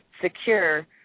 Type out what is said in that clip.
secure